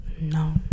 No